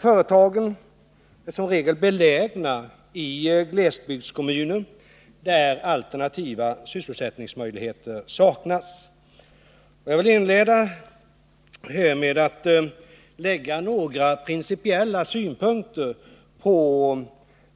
Företagen är i regel belägna i glesbygdskommuner, där alternativa sysselsättningsmöjligheter saknas. Jag vill inleda med att anlägga några principiella synpunkter på